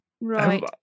Right